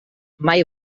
mai